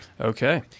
okay